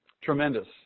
tremendous